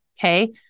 Okay